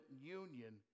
union